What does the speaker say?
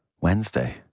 Wednesday